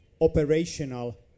operational